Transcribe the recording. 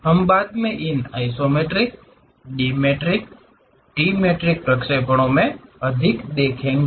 हम बाद में इन आइसोमेट्रिक डिमेट्रिक ट्रिमेट्रिक प्रक्षेपणों के बारे में अधिक देखेंगे